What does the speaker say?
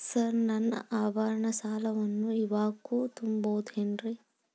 Sir ನನ್ನ ಆಭರಣ ಸಾಲವನ್ನು ಇವಾಗು ತುಂಬ ಬಹುದೇನ್ರಿ?